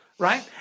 Right